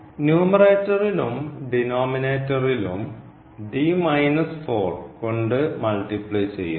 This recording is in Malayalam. ന്യൂമറേറ്ററിലും ഡിനോമിനേറ്ററിലും കൊണ്ട് മൾട്ടിപ്ലൈ ചെയ്യുന്നു